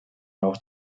auch